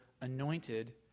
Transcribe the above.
anointed